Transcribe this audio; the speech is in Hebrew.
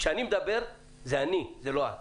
כשאני מדבר, זה אני, זה לא את.